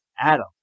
Adam